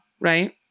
right